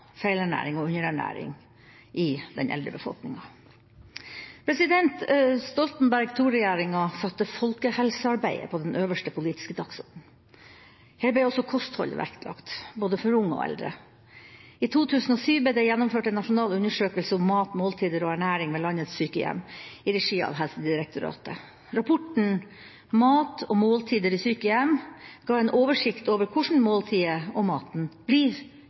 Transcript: feilernæring og underernæring i den eldre befolkninga. Stoltenberg II-regjeringa satte folkehelsearbeidet øverst på den politiske dagsordenen. Der ble også kostholdet vektlagt, for både unge og eldre. I 2007 ble det gjennomført en nasjonal undersøkelse om mat, måltider og ernæring ved landets sykehjem i regi av Helsedirektoratet. Rapporten Mat og måltider i sykehjem ga en oversikt over hvordan måltider og mat blir